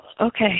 Okay